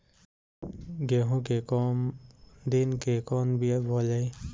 गेहूं के कम दिन के कवन बीआ बोअल जाई?